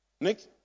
Nick